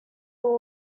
will